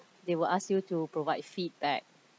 they will ask you to provide feedback